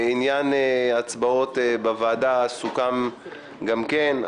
עניין ההצבעות בוועדה סוכם גם כן.